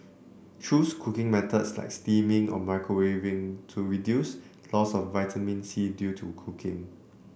choose cooking methods like steaming or microwaving to reduce loss of vitamin C due to cooking